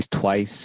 twice